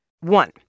One